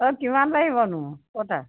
অঁ কিমান লাগিবনো ট'টেল